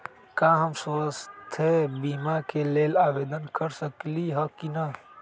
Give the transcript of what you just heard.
का हम स्वास्थ्य बीमा के लेल आवेदन कर सकली ह की न?